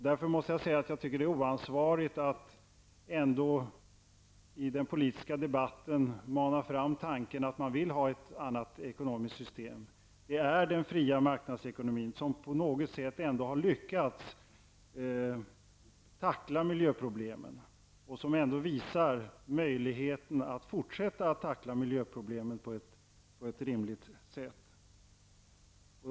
Därför måste jag säga att jag tycker att det är oansvarigt att ändå i den politiska debatten framföra tanken att man vill ha ett annat ekonomiskt system. Det är den fria marknadsekonomin som ändå på något sätt har lyckats tackla miljöproblemen och som ändå visar på möjligheter att fortsätta att tackla miljöproblem på ett rimligt sätt.